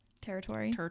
territory